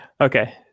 Okay